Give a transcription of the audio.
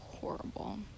horrible